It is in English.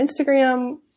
Instagram